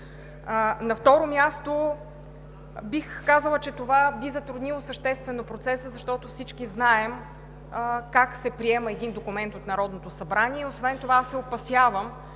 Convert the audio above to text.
На второ място, бих казала, че това би затруднило съществено процеса, защото всички знаем как се приема един документ от Народното събрание. Освен това се опасявам,